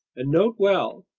and note well,